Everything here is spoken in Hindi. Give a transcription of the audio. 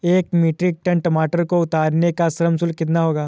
एक मीट्रिक टन टमाटर को उतारने का श्रम शुल्क कितना होगा?